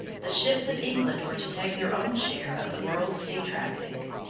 the ships of england were to take their own share of the world's sea-traffic.